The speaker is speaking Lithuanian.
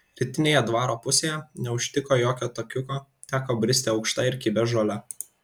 rytinėje dvaro pusėje neužtiko jokio takiuko teko bristi aukšta ir kibia žole